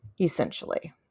essentially